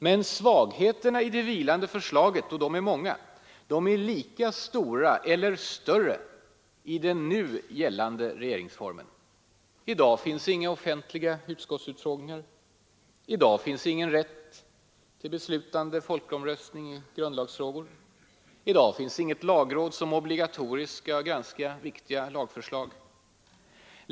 Men svagheterna i det vilande förslaget — och de är många — är lika stora eller större i den nu gällande regeringsformen. I dag finns inga offentliga utskottsutfrågningar, ingen rätt till beslutande folkomröstning i grundlagsfrågor, inget lagråd som obligatoriskt skall granska viktiga lagförslag.